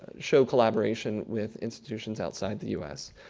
show collaboration with institutions outside the u s.